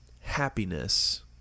happiness